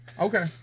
okay